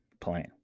plan